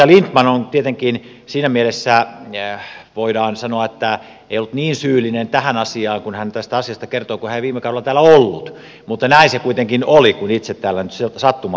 edustaja lindtman tietenkin siinä mielessä voidaan sanoa ei ollut niin syyllinen tähän asiaan josta hän kertoo koska hän ei viime kaudella täällä ollut mutta näin se kuitenkin oli kun itse täällä nyt sattumalta silloin olin